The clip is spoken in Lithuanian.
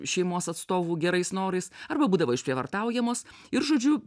šeimos atstovų gerais norais arba būdavo išprievartaujamos ir žodžiu